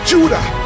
Judah